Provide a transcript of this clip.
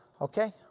Okay